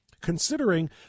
Considering